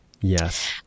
Yes